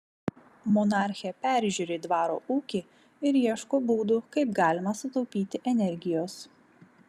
monarchė peržiūri dvaro ūkį ir ieško būdų kaip galima sutaupyti energijos